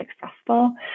successful